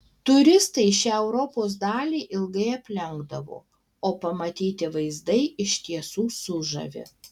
turistai šią europos dalį ilgai aplenkdavo o pamatyti vaizdai iš tiesų sužavi